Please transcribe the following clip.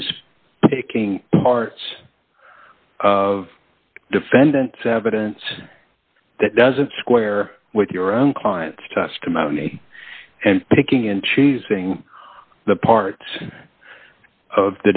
is taking parts of defendant evidence that doesn't square with your own client's testimony and picking and choosing the parts of